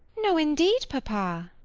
no indeed, papa.